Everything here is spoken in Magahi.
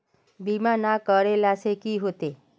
बीमा ना करेला से की होते?